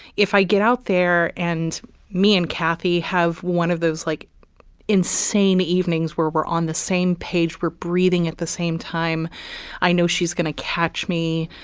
if i get out there and me and kathy have one of those like insane evenings where we're on the same page, we're breathing at the same time i know she's going to catch me,